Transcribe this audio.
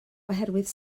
oherwydd